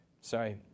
sorry